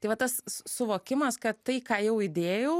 tai va tas suvokimas kad tai ką jau įdėjau